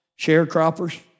sharecroppers